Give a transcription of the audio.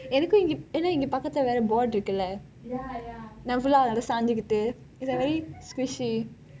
எனக்கு இங்கும் இங்கு பக்கத்திலே வேரே:enakku inkum inku pakkathilei verei board இருக்குலே நான்:irukkulei naan full ஆ சாஞ்சிக்கிட்டு:a sanjikittu it is like very squishy